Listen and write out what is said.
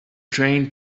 drain